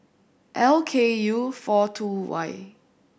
L K U four two Y